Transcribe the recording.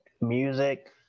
music